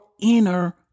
inner